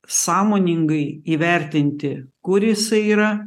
sąmoningai įvertinti kur jisai yra